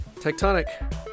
Tectonic